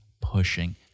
pushing